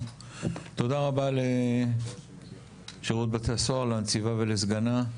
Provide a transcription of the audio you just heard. תודה רבה לשירות בתי הסוהר, לנציבה ולסגנה.